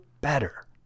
better